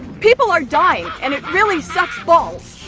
people are dying and it really sucks balls.